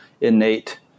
innate